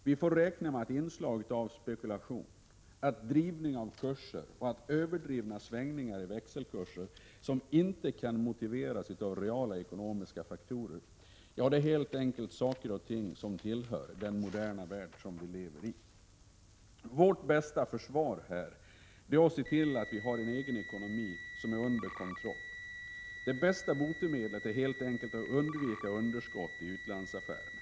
Vi får räkna med att inslag av spekulation, drivning av kurser och överdrivna svängningar i växelkurser, som inte kan motiveras av reala ekonomiska faktorer, kommer att tillhöra den moderna värld vi lever i. Vårt bästa försvar är därför att se till att vi har vår egen ekonomi under kontroll. Det bästa botemedlet är helt enkelt att undvika underskott i våra utlandsaffärer.